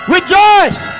Rejoice